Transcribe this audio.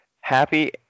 happy